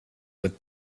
with